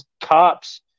cops